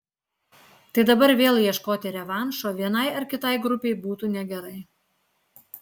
tai dabar vėl ieškoti revanšo vienai ar kitai grupei būtų negerai